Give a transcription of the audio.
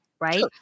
Right